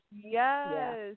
Yes